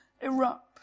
erupt